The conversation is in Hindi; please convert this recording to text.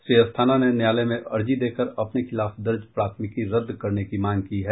श्री अस्थाना ने न्यायालय में अर्जी देकर अपने खिलाफ दर्ज प्राथमिकी रद्द करने की मांग की है